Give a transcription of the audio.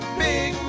big